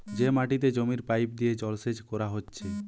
যে মাটিতে জমির পাইপ দিয়ে জলসেচ কোরা হচ্ছে